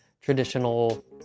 traditional